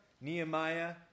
Nehemiah